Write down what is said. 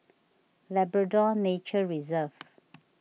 Labrador Nature Reserve